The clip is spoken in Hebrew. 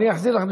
אחזיר לך,